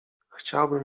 chciałbym